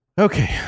Okay